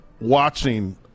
watching